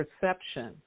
perception